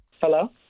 Hello